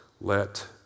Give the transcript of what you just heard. let